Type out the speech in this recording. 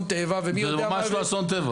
טבע ומי יודע --- זה ממש לא אסון טבע.